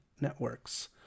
networks